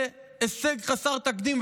זה הישג חסר תקדים,